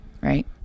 Right